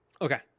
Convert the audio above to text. okay